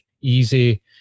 easy